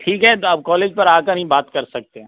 ठीक है तो आप कॉलेज पर ही आ कर हीं बात कर सकतें